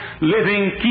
living